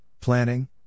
planning